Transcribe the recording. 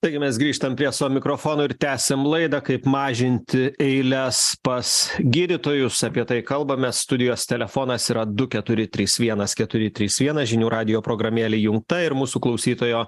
taigi mes grįžtam prie savo mikrofonų ir tęsiam laidą kaip mažinti eiles pas gydytojus apie tai kalbame studijos telefonas yra du keturi trys vienas keturi trys vienas žinių radijo programėlė įjungta ir mūsų klausytojo